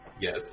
Yes